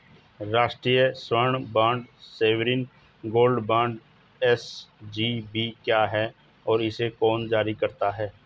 राष्ट्रिक स्वर्ण bond sovereign gold bond SGB क्या है और इसे कौन जारी करता है?